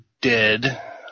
dead